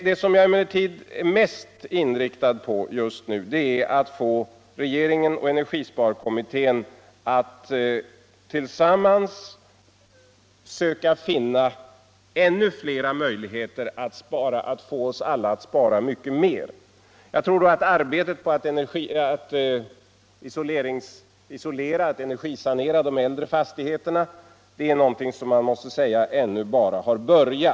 Vad jag emellertid är mest inriktad på just nu är att få regeringen och energisparkommittén att tillsammans söka finna ännu flera möjligheter att förmå oss alla att spara mycket mer energi. Jag tror då att arbetet på att isolera och energisanera de äldre fastigheterna är någonting som man måste säga ännu bara har börjat.